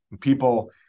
People